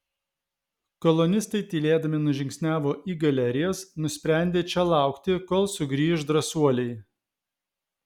kolonistai tylėdami nužingsniavo į galerijas nusprendę čia laukti kol sugrįš drąsuoliai